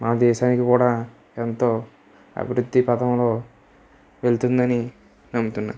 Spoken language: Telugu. మన దేశానికి కూడా ఎంతో అభివృద్ధి పథంలో వెళుతుందని నమ్ముతున్నాను